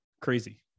crazy